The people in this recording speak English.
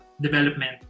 development